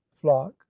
flock